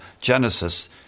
Genesis